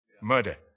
murder